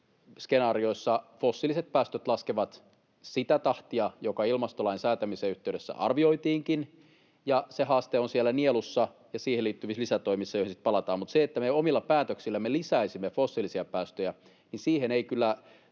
skenaariossa fossiiliset päästöt laskevat sitä tahtia, joka ilmastolain säätämisen yhteydessä arvioitiinkin. Se haaste on siellä nielussa ja siihen liittyvissä lisätoimissa, joihin sitten palataan, mutta siihen, että me omilla päätöksillämme lisäisimme fossiilisia päästöjä, ei kyllä